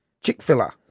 Chick-fil-A